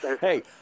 Hey